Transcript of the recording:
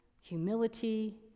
humility